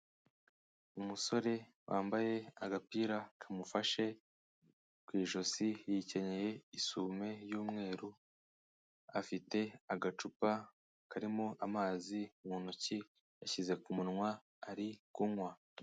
Umusore wambaye agapira kamufashe, ku ijosi yikenyeye isume y'umweru, afite agacupa karimo amazi mu ntoki yashyize ku munwa ari kunywa.